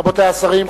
רבותי השרים,